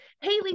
Haley